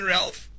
Ralph